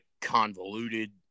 convoluted